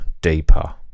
deeper